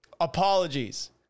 Apologies